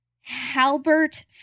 Halbert